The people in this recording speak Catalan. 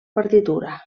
partitura